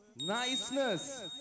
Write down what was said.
niceness